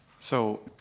so,